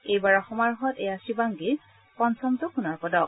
এইবাৰৰ সমাৰোহত এয়া শিৱাংগীৰ পঞ্চমটো সোণৰ পদক